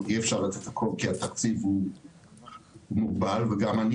אבל אי אפשר לתת הכל כי התקציב הוא מוגבל וגם אני